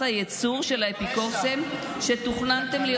הייצור של האפיקורסים שתוכננתם להיות.